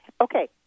Okay